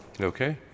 Okay